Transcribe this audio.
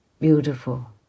beautiful